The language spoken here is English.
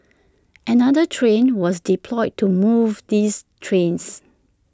another train was deployed to move these trains